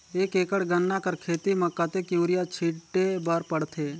एक एकड़ गन्ना कर खेती म कतेक युरिया छिंटे बर पड़थे?